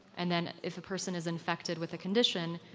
and then if a person is infected with a condition,